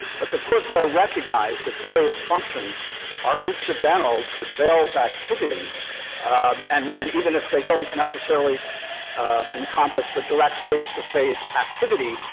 but the court there recognized that various functions are incidental to sales activities and, and even if they don't necessarily encompass the direct face-to-face activity,